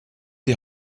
die